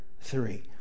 three